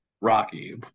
rocky